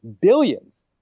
billions